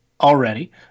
already